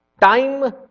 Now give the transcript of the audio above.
time